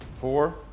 four